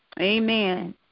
Amen